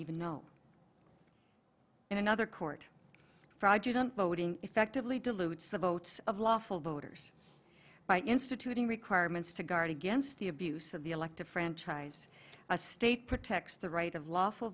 even know in another court fraud you don't voting effectively dilutes the votes of lawful voters by instituting requirements to guard against the abuse of the elective franchise a state protects the right of lawful